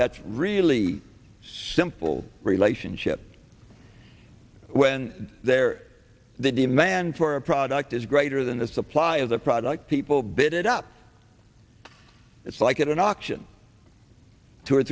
that's really simple relationship when there the demand for a product is greater than the supply of the product people bit it up it's like at an auction two or